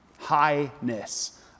Highness